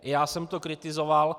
I já jsem to kritizoval.